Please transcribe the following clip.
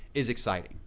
is exciting.